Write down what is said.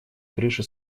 крыши